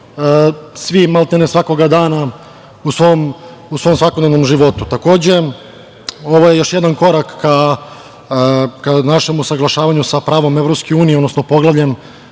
svi svakoga dana u svom svakodnevnom životu. Takođe, ovo je još jedan korak ka našem usaglašavanju sa pravom EU, odnosno Poglavljem